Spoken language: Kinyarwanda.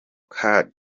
kandi